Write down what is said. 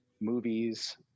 movies